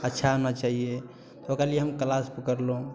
अच्छा होना चाहिये ओकरा लिये हम क्लास पकड़लहुँ